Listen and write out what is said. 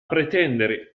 pretendere